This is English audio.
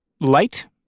light